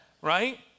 Right